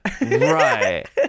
right